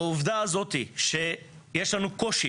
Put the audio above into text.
העובדה שיש לנו קושי